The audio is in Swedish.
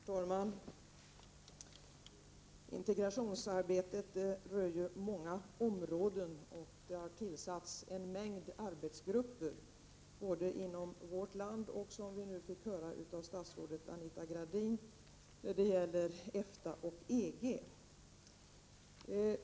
Herr talman! Integrationsarbetet rör ju många områden och det har tillsatts en mängd arbetsgrupper, både inom vårt land och, som vi nu fick höra av statsrådet Anita Gradin, när det gäller EFTA och EG.